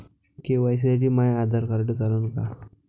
KYC साठी माह्य Aadhaar card चालन का?